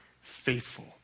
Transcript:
Faithful